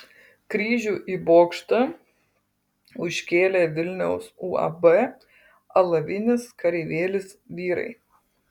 kryžių į bokštą užkėlė vilniaus uab alavinis kareivėlis vyrai